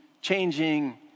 changing